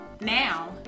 now